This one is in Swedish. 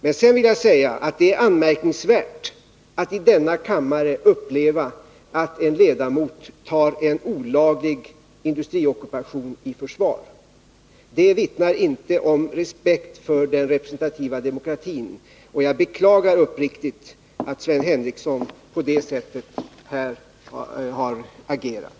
Men jag vill säga att det är anmärkningsvärt att i denna kammare få uppleva att en ledamot tar en olaglig industriockupation i försvar. Det vittnar inte om respekt för den representativa demokratin, och jag beklagar uppriktigt att Sven Henricsson har agerat på detta sätt.